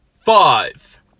Five